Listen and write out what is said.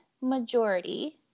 majority